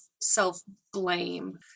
self-blame